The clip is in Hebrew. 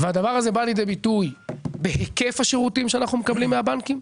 והדבר הזה בא לידי ביטוי בהיקף השירותים שאנחנו מקבלים מהבנקים,